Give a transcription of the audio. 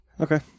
Okay